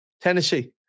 Tennessee